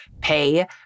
pay